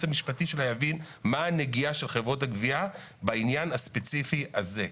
המשפטי שלה יבין מה הנגיעה של חברות הגבייה בעניין הספציפי הזה,